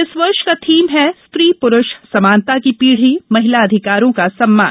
इस वर्ष का थीम है स्त्री प्ररुष समानता की पीढ़ी महिला अधिकारों का सम्मान